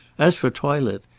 as for toilet,